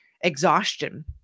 exhaustion